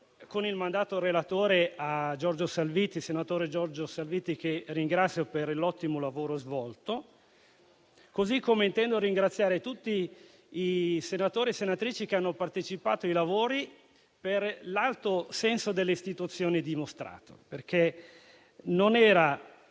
come relatore al senatore Giorgio Salvitti, che ringrazio per l'ottimo lavoro svolto, come intendo ringraziare tutti i senatori e le senatrici che hanno partecipato ai lavori per l'alto senso delle istituzioni dimostrato, perché non era